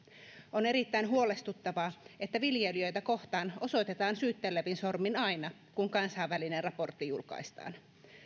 on erittäin huolestuttavaa että viljelijöitä kohtaan osoitetaan syyttelevin sormin aina kun kansainvälinen raportti julkaistaan